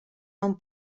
van